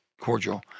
cordial